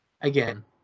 Again